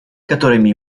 которыми